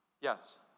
yes